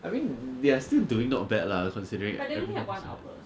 I mean they are still doing not bad lah considering everything